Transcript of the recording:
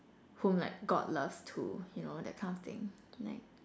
whom like God loves too you know that kind of thing like